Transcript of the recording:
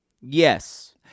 Yes